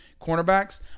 cornerbacks